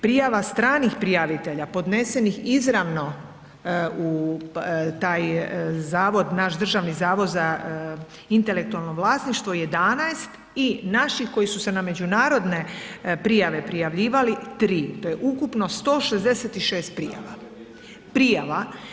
Prijava stranih prijavitelja podnesenih izravno u taj zavod, naš Državni zavod za intelektualno vlasništvo, 11 i naši koji su se na međunarodne prijave prijavljivali, 3, to je ukupno 166 prijava.